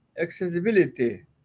accessibility